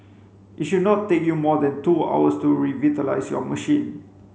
it should not take you more than two hours to revitalise your machine